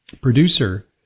producer